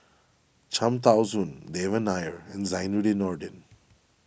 Cham Tao Soon Devan Nair and Zainudin Nordin